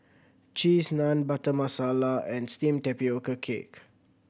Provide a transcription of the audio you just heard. Cheese Naan Butter Masala and steamed tapioca cake